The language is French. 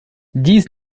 dix